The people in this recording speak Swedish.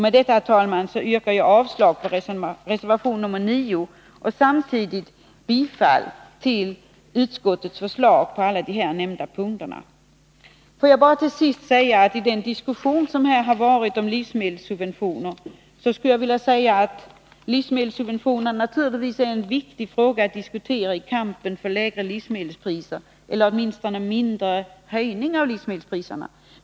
Med detta, herr talman, yrkar jag avslag på reservation nr 9 och samtidigt bifall till utskottets förslag på alla de nämnda punkterna. Herr talman! Får jag till sist om den diskussion som här har förts om livsmedelssubventioner bara säga att den diskussionen är viktig; den är viktig inte minst i kampen för lägre, eller åtminstone mindre höjda, livsmedelspriser.